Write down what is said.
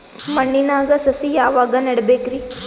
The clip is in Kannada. ಮಣ್ಣಿನಾಗ ಸಸಿ ಯಾವಾಗ ನೆಡಬೇಕರಿ?